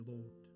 Lord